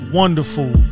wonderful